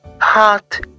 hot